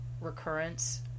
recurrence